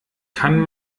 kann